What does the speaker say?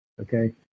Okay